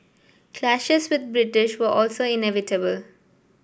clashes with British were also inevitable